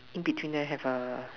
in between there have a